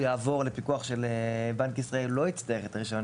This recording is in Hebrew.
יעבור לפיקוח של בנק ישראל הוא לא יצטרך את הרישיון